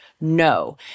no